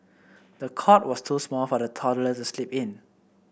the cot was too small for the toddler to sleep in